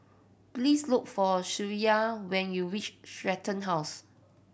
please look for Shreya when you reach Stratton House